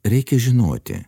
reikia žinoti